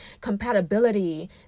compatibility